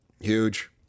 Huge